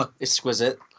exquisite